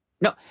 No